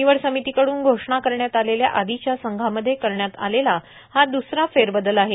निवड समितीकडून घोंाणा करण्यात आलेल्या आधीच्या संघामध्ये करण्यात आलेला हा दुसरा फेरबदल आहे